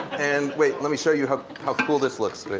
and wait, let me show you how cool this looks. like